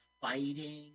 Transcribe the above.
fighting